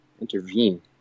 intervene